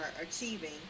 Achieving